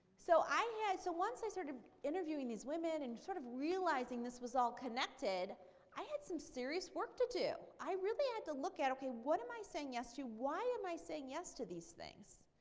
so i had so once i started sort of interviewing these women and sort of realizing this was all connected i had some serious work to do. i really had to look at, okay, what am i saying yes to, why am i saying yes to these things?